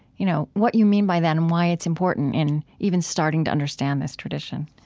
you know, what you mean by that and why it's important in even starting to understand this tradition